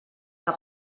que